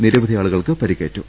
നിരവധി ആളുകൾക്ക് പരിക്കേറ്റു